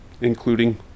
including